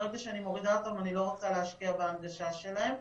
ברגע שאני מורידה אותם אני לא רוצה להשקיע בהנגשה שלהם.